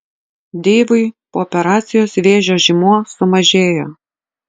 deivui po operacijos vėžio žymuo sumažėjo